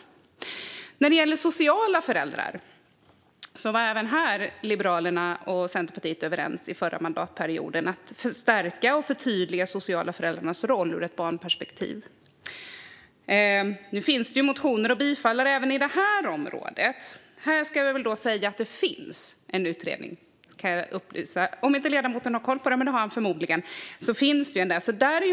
Även när det gäller sociala föräldrar var Liberalerna och Centerpartiet överens under förra mandatperioden om att stärka och förtydliga de sociala föräldrarnas roll ur ett barnperspektiv. Nu finns det ju motioner att bifalla även på det här området. Här ska jag väl då upplysa om att det finns en utredning, om inte ledamoten har koll på det, men det har han säkert.